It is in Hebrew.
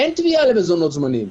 אין תביעה למזונות זמניים.